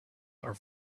are